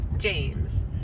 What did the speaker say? James